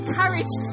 courage